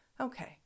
okay